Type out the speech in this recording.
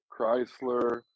chrysler